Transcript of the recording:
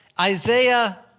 Isaiah